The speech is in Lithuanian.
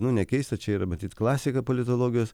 nu nekeista čia yra matyt klasika politologijos